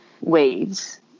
waves